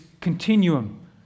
continuum